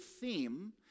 theme